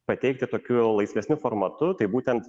pateikti tokiu laisvesniu formatu tai būtent